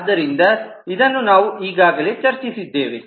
ಆದ್ದರಿಂದ ಇದನ್ನು ನಾವು ಈಗಾಗಲೇ ಚರ್ಚಿಸಿದ್ದೇವೆ